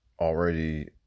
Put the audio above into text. already